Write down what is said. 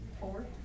Four